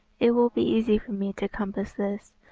it will be easy for me to compass this,